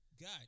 God